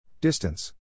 Distance